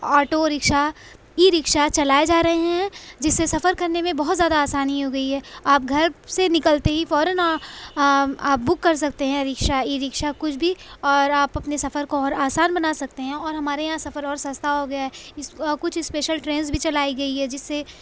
auto rickshaw e rickshaw چلائے جا رہے ہیں جس سے سفر کرنے میں بہت زیادہ آسانی ہو گئی ہے آپ گھر سے نکلتے ہی فوراََ آپ بک کر سکتے ہیں رکشا ای رکشا کچھ بھی اور آپ اپنے سفر کو اور آسان بنا سکتے ہیں اور ہمارے یہاں سفر اور سستا ہو گیا ہے اس کچھ اسپیشل ٹرینس بھی چلائی گئی ہے جس سے